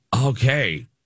okay